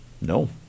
No